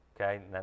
okay